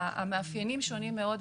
המאפיינים שונים מאוד,